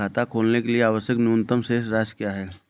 खाता खोलने के लिए आवश्यक न्यूनतम शेष राशि क्या है?